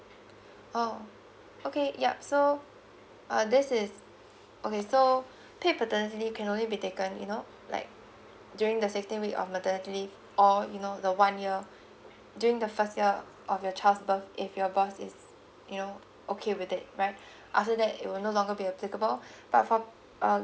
oh okay yup so uh this is okay so paid paternity leave can only be taken you know like during the sixteen week of maternity leave or you know the one year during the first year of your child's birth if your boss is you know okay with it right after that it will no longer be applicable but for uh